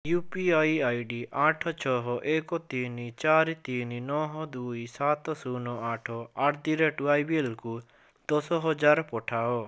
you P I I D ଆଠ ଛଅ ଏକ ତିନି ଚାରି ତିନି ନଅ ଦୁଇ ସାତ ଶୂନ ଆଠ ଆଟ ଦି ରେଟ ୱାଇବିଏଲକୁ ଦଶହଜାର ପଠାଅ